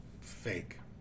fake